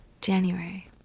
January